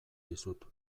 dizut